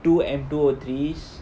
two M two O three